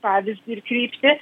pavyzdį ir kryptį